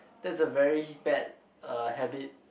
that's a very bad uh habit